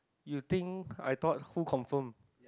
you think I thought who confirm